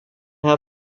här